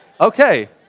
Okay